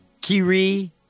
Kiri